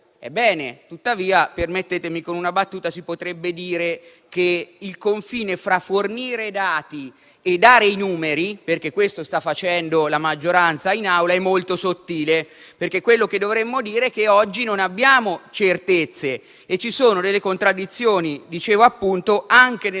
è bene, tuttavia - permettetemi - con una battuta si potrebbe dire che il confine fra fornire dati e dare i numeri - perché questo sta facendo la maggioranza in Aula - è molto sottile. Quello che dovremmo dire è che oggi non abbiamo certezze; ci sono delle contraddizioni - e che fra poco dirò - anche nella